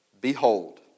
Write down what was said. behold